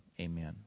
amen